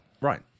Right